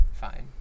fine